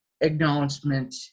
acknowledgement